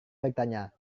bertanya